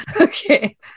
Okay